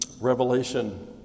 Revelation